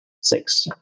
six